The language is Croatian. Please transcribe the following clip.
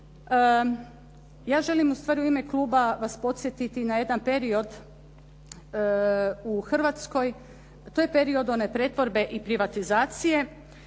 ja želim ustvari u ime kluba vas podsjetiti na jedan period u Hrvatskoj. To je period one pretvorbe i privatizacije.